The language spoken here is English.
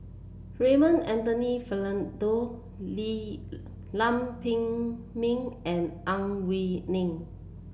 Raymond Anthony Fernando Lee Lam Pin Min and Ang Wei Neng